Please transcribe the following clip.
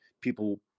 people